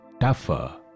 tougher